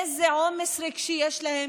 איזה עומס רגשי יש להם,